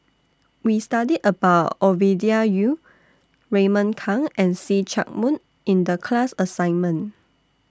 We studied about Ovidia Yu Raymond Kang and See Chak Mun in The class assignment